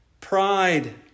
pride